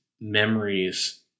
memories